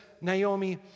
Naomi